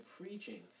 preaching